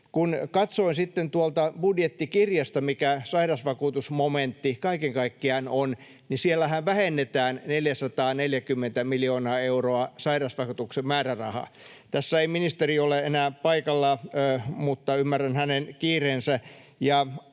tuolta budjettikirjasta, mikä sairausvakuutusmomentti kaiken kaikkiaan on, niin siellähän vähennetään 440 miljoonaa euroa sairausvakuutuksen määrärahaa. Tässä ei ministeri ole enää paikalla — ymmärrän hänen kiireensä